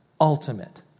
ultimate